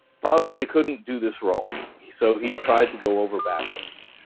fosbury couldn't do this roll so he tried to go over backwards.